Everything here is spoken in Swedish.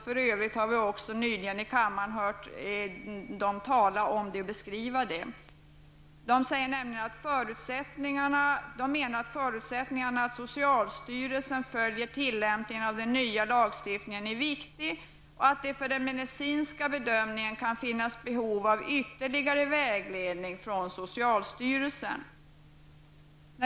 För övrigt har vi nyligen i kammaren hört företrädare från utskottet uttala sig i denna fråga. Utskottet menar att det är viktigt att socialstyrelsen följer tillämpningen av den nya lagstiftningen, och att det för den medicinska bedömningen kan finnas behov av ytterligare vägledning från socialstyrelsen.